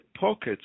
pockets